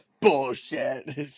Bullshit